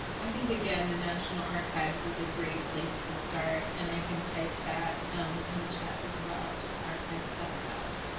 i think, again, the national archives is a great place to start. and i can type that in the chat as well just archives gov